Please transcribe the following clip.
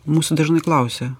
mūsų dažnai klausia